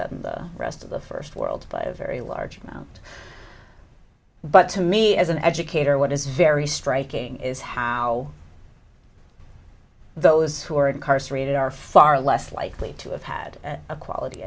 the rest of the first world by a very large amount but to me as an educator what is very striking is how those who are incarcerated are far less likely to have had a quality